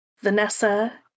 vanessa